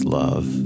love